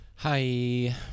Hi